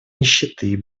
нищеты